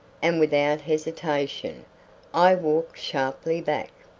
and without hesitation i walked sharply back,